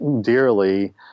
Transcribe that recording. dearly